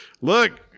look